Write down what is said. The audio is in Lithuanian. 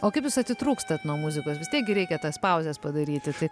o kaip jūs atitrūkstat nuo muzikos vis tiek gi reikia tas pauzes padaryti tai